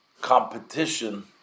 competition